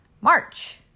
March